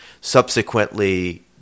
Subsequently